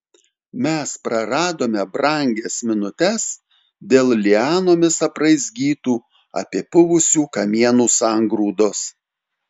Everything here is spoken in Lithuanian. mes praradome brangias minutes dėl lianomis apraizgytų apipuvusių kamienų sangrūdos